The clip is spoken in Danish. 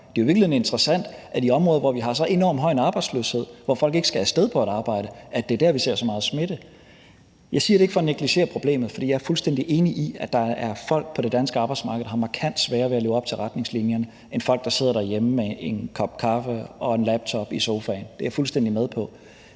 interessant, at det er i områder, hvor vi har så enormt høj en arbejdsløshed, og hvor folk ikke skal af sted på et arbejde, at vi ser så meget smitte. Jeg siger det ikke for at negligere problemet, for jeg er fuldstændig enig i, at der er folk på det danske arbejdsmarked, der har markant sværere ved at leve op til retningslinjerne end folk, der sidder derhjemme med en kop kaffe og en laptop i sofaen – det er jeg fuldstændig med på